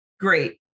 Great